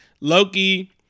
loki